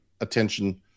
attention